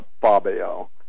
Fabio